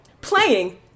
playing